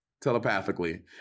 telepathically